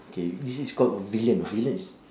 K this is called villain know villain is